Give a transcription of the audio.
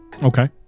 okay